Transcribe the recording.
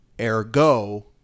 Ergo